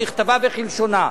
ככתבה וכלשונה,